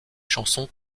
chansons